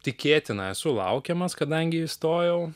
tikėtina esu laukiamas kadangi įstojau